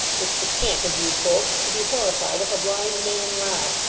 it's the cant of you folks to be horrified if a blind man robs,